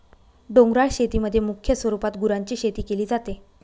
डोंगराळ शेतीमध्ये मुख्य स्वरूपात गुरांची शेती केली जाते